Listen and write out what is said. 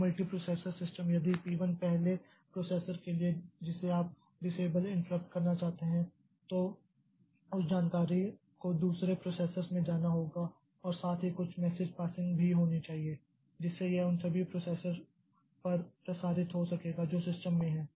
तो multiprocessor system यदि P 1 पहले प्रोसेसर के लिए जिसे आप डिसएबल इंटरप्ट करना चाहते हैं तो उस जानकारी को दूसरे प्रोसेसर्स में जाना होगा और साथ ही कुछ मैसेज पासिंग भी होनी चाहिए जिससे यह उन सभी प्रोसेसर्स पर प्रसारित हो सकेगा जो सिस्टम में है